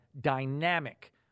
dynamic